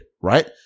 right